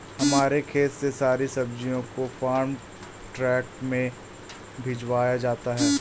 हमारे खेत से सारी सब्जियों को फार्म ट्रक में भिजवाया जाता है